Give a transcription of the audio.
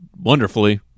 wonderfully